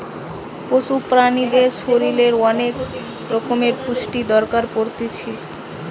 পশু প্রাণীদের শরীরের অনেক রকমের পুষ্টির দরকার পড়তিছে